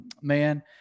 man